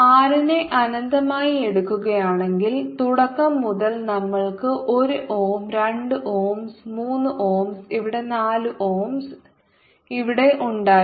R നെ അനന്തമായി എടുക്കുകയാണെങ്കിൽ തുടക്കം മുതൽ നമ്മൾക്ക് 1 ഓം 2 ഓംസ് 3 ഓംസ് ഇവിടെ 4 ഓംസ് ഇവിടെ ഉണ്ടായിരുന്നു